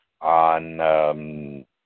on